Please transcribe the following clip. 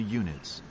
units